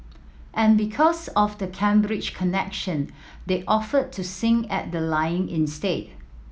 and because of the Cambridge connection they offered to sing at the lying in state